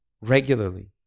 regularly